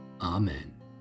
Amen